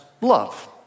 love